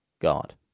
god